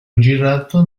girato